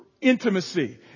intimacy